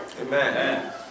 Amen